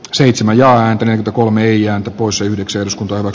seitsemän ja hentunen kolme ian woosyydeksi uskonto ovat